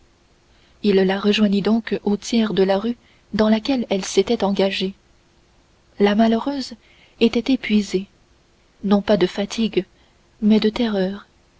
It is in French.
il la rejoignit donc au tiers de la rue dans laquelle elle s'était engagée la malheureuse était épuisée non pas de fatigue mais de terreur